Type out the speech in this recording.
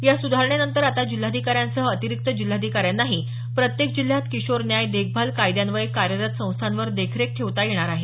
या सुधारणेनंतर आता जिल्हाधिकाऱ्यांसह अतिरिक्त जिल्हाधिकाऱ्यांनाही प्रत्येक जिल्ह्यात किशोर न्याय देखभाल कायद्यान्वये कार्यरत संस्थांवर देखरेख ठेवता येणार आहे